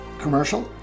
commercial